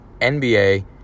NBA